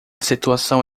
situação